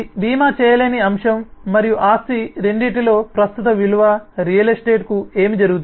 భీమా చేయలేని అంశం మరియు ఆస్తి రెండింటిలో ప్రస్తుత విలువ రియల్ ఎస్టేట్కు ఏమి జరుగుతుంది